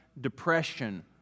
depression